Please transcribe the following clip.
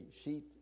sheet